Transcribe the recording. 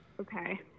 Okay